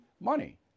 money